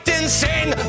insane